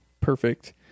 perfect